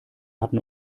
hatten